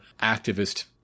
activist